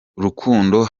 rukundo